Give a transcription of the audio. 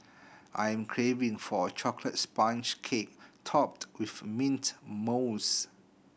I am craving for a chocolate sponge cake topped with mint mousse